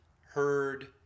heard